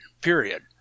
Period